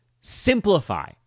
Simplify